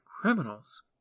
criminals